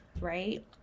Right